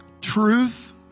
Truth